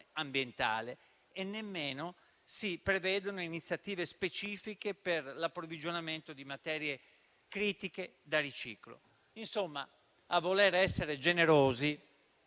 ambientale; nemmeno si prevedono iniziative specifiche per l'approvvigionamento di materie critiche da riciclo. Insomma, a voler essere generosi,